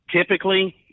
Typically